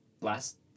last